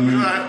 היא רשמית.